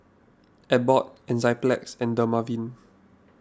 Abbott Enzyplex and Dermaveen